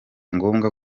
ngombwa